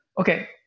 Okay